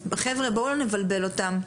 חבר'ה, בואו לא נבלבל אותם.